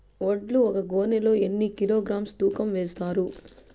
వడ్లు ఒక గోనె లో ఎన్ని కిలోగ్రామ్స్ తూకం వేస్తారు?